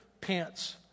pants